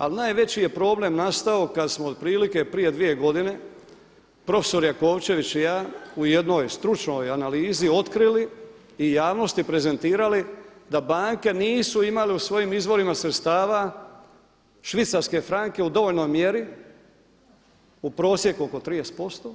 Ali najveći je problem nastao kada smo otprilike prije dvije godine prof. Jakovčević i ja u jednoj stručnoj analizi otkrili i javnosti prezentirali da banke nisu imale u svojim izvorima sredstava švicarske franke u dovoljnoj mjeri, u prosjeku oko 30%